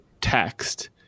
text